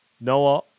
Noah